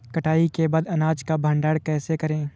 कटाई के बाद अनाज का भंडारण कैसे करें?